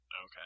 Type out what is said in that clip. Okay